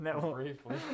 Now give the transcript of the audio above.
briefly